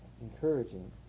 encouraging